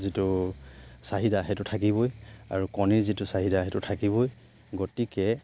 যিটো চাহিদা সেইটো থাকিবই আৰু কণীৰ যিটো চাহিদা সেইটো থাকিবই গতিকে